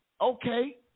okay